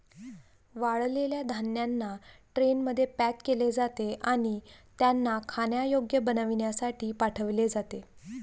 वाळलेल्या धान्यांना ट्रेनमध्ये पॅक केले जाते आणि त्यांना खाण्यायोग्य बनविण्यासाठी पाठविले जाते